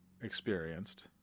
experienced